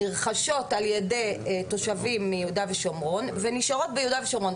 נרכשות על ידי תושבים מיהודה ושומרון ונשארות ביהודה ושומרון.